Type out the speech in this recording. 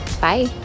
Bye